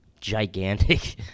gigantic